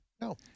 No